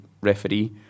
referee